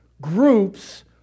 groups